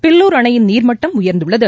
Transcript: பில்லூர் அணையின் நீர்மட்டம் உயர்ந்துள்ளது